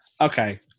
Okay